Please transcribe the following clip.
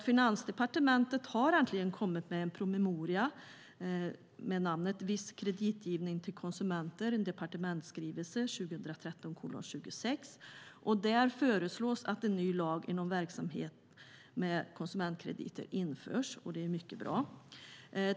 Finansdepartementet har äntligen kommit med en promemoria, departementsskrivelsen Ds 2013:26, med namnet Viss kreditgivning till konsumenter . Där föreslås att en ny lag om viss verksamhet med konsumentkrediter införs. Det är mycket bra.